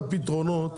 הפתרונות